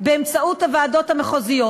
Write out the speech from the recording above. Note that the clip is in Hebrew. באמצעות הוועדות המחוזיות.